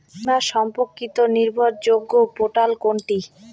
বীমা সম্পর্কিত নির্ভরযোগ্য পোর্টাল কোনটি?